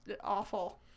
Awful